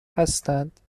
هستند